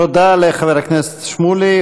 תודה לחבר הכנסת שמולי.